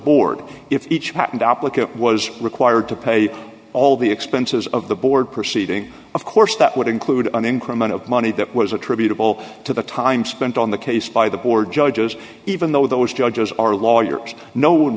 board if each patent applicant was required to pay all the expenses of the board proceeding of course that would include an increment of money that was attributable to the time spent on the case by the board judges even though those judges are lawyers no one